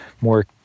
more